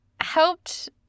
helped